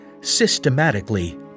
systematically